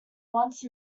once